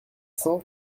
cent